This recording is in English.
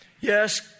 Yes